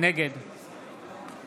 נגד